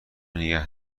نگه